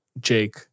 Jake